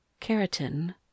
Keratin